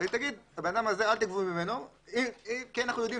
היא תגיד מהבן אדם הזה אל תגבו כי אנחנו יודעים